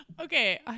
Okay